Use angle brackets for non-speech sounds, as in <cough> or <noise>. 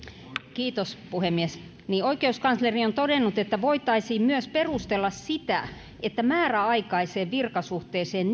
kiitos puhemies oikeuskansleri on todennut että voitaisiin myös perustella sitä että määräaikaiseen virkasuhteeseen <unintelligible>